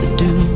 do